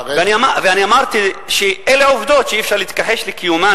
ואני אמרתי שאלה העובדות שאי-אפשר להתכחש לקיומן,